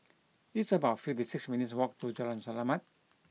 it's about fifty six minutes' walk to Jalan Selamat